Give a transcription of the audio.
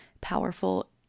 powerful